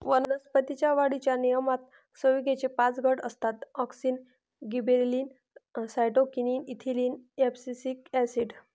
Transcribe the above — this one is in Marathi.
वनस्पतीं च्या वाढीच्या नियमनात संयुगेचे पाच गट असतातः auxin, gibberellin, cytokinin, ethylene, abscisic acid